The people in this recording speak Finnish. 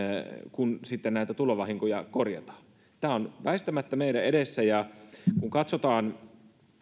kun sitten näitä tulvavahinkoja korjataan tämä on väistämättä meidän edessämme kun katsotaan